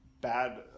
bad